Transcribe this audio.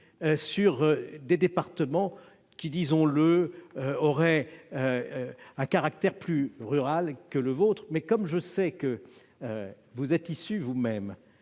sur des départements qui, disons-le, auraient un caractère plus rural que le vôtre. Comme je sais que vous êtes vous-même